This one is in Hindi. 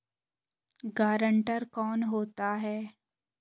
गारंटर कौन होता है?